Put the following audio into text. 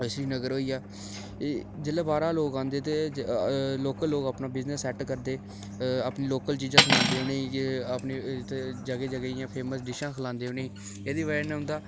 श्रीनगर होईआ एह् जेल्लै बाह्रा दा लोक औंदे तां लोकल लोक अपना बिज़नस सैट करदे अपनी लोकल चीजां सुनांदे उ'नें गी अपनी जगह दी फेमस ड़िशां 'खिलांदे एह्दी वजह कन्नै हुंदा